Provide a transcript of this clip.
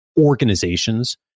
organizations